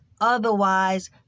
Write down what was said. otherwise